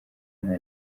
nta